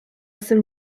some